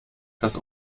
das